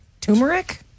Turmeric